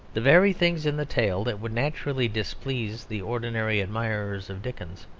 the very things in the tale that would naturally displease the ordinary admirers of dickens,